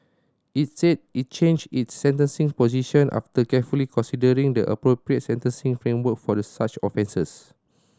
it said it changed its sentencing position after carefully considering the appropriate sentencing framework for such offences